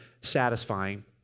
satisfying